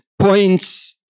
points